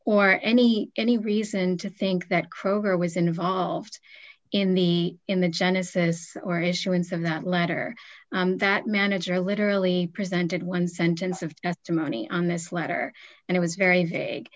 or any any reason to think that kroger was involved in the in the genesis or issuance of that letter that manager literally presented one sentence of death to money on this letter and it was very big